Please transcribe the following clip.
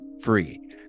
free